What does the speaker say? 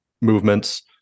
movements